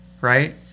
right